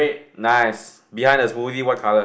nice behind there's smoothie what colour